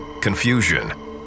confusion